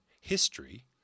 history